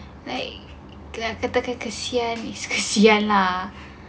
like tiba-tiba kesian kesian lah